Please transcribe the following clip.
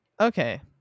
okay